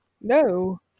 No